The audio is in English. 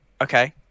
okay